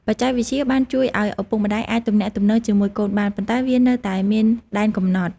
បច្ចេកវិទ្យាបានជួយឱ្យឪពុកម្ដាយអាចទំនាក់ទំនងជាមួយកូនបាន ប៉ុន្តែវានៅតែមានដែនកំណត់។